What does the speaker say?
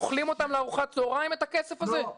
אוכלים לארוחת צהריים את הכסף הזה?